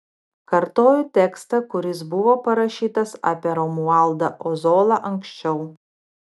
kartoju tekstą kuris buvo parašytas apie romualdą ozolą anksčiau